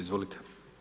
Izvolite.